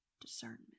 discernment